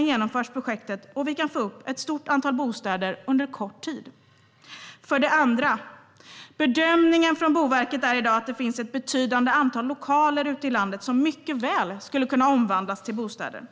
genomförs i samverkan, och vi kan få upp ett stort antal bostäder under kort tid. För det andra bedömer Boverket att det finns ett betydande antal lokaler ute i landet som mycket väl skulle kunna omvandlas till bostäder.